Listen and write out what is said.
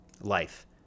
life